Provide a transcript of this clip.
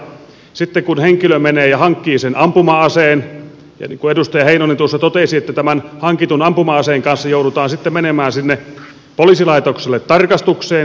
sitten kun henkilö menee ja hankkii sen ampuma aseen niin kuin edustaja heinonen totesi tämän hankitun ampuma aseen kanssa joudutaan sitten menemään sinne poliisilaitokselle tarkastukseen